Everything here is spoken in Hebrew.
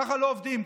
ככה לא עובדים.